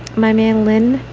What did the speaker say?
my mainlined,